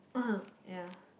uh ya